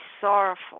sorrowful